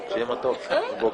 עכשיו ככה?